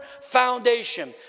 foundation